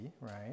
right